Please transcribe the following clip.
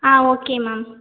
ah okay ma'am